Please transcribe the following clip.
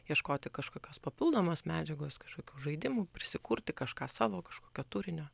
ieškoti kažkokios papildomos medžiagos kažkokių žaidimų prisikurti kažką savo kažkokio turinio